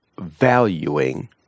valuing